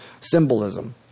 symbolism